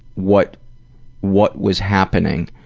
what what was happening?